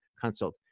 consult